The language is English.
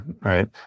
right